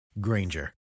Granger